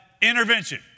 intervention